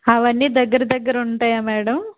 అవన్నీ దగ్గర దగ్గర ఉంటాయా మేడం